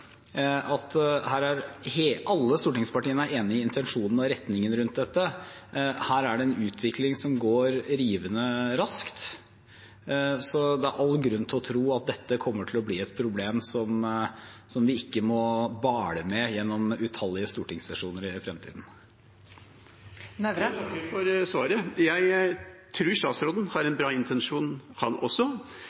at alle stortingspartiene er enig i intensjonen og retningen rundt dette. Her er det en utvikling som går rivende raskt, så det er all grunn til å tro at dette ikke kommer til å bli et problem vi må bale med gjennom utallige stortingssesjoner i fremtiden. Jeg takker for svaret. Jeg tror statsråden har en bra intensjon, han også,